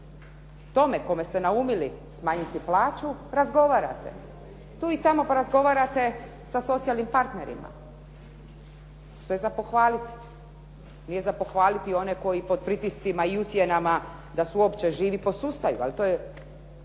tome kome ste naumili smanjiti plaću razgovarate. Tu i tamo porazgovarate sa socijalnim partnerima što je za pohvaliti. Nije za pohvaliti one koji pod pritiscima i ucjenama da su uopće živi posustaju, ali to je,